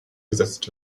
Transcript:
gesetzt